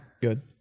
good